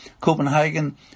Copenhagen